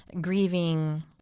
grieving